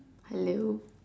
hello